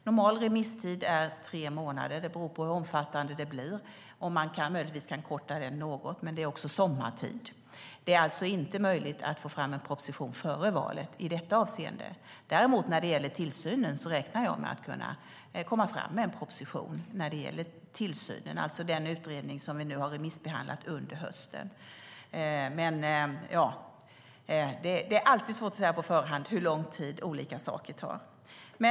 Normal remisstid är tre månader. Möjligtvis kan man korta den något; det beror på hur omfattande det blir. Men till saken hör också att det är sommartid. Det är alltså inte möjligt att få fram en proposition om detta före valet. När det gäller tillsynen räknar jag däremot med att kunna komma fram med en proposition. Vi har remissbehandlat utredningen under hösten. Men det är alltid svårt att säga på förhand hur lång tid olika saker tar.